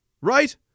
right